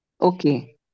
Okay